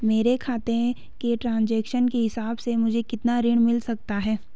मेरे खाते के ट्रान्ज़ैक्शन के हिसाब से मुझे कितना ऋण मिल सकता है?